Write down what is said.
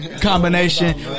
combination